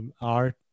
art